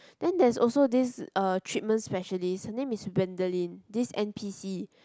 then there's also this uh treatment specialist her name is Gwendolyn this M_P_C